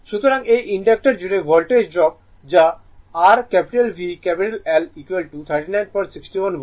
সুতরাং এটি ইনডাক্টর জুড়ে ভোল্টেজ ড্রপ যা r V L 3961 ভোল্ট